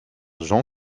jean